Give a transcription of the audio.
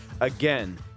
Again